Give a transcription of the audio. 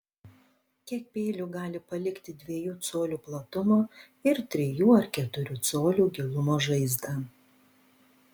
kiek peilių gali palikti dviejų colių platumo ir trijų ar keturių colių gilumo žaizdą